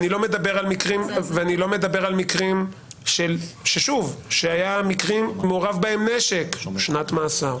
אני לא מדבר על מקרים בהם היה מעורב נשק וקיבלו שנת מאסר.